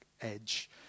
edge